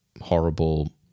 horrible